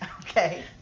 Okay